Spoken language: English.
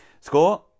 Score